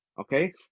okay